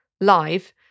live